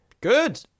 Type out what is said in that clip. Good